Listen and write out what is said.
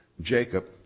Jacob